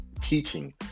teaching